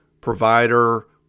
provider